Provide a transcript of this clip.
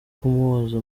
kumuhoza